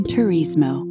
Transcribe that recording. Turismo